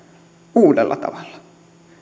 uudella tavalla